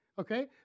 Okay